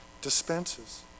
dispenses